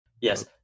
Yes